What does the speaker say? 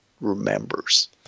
remembers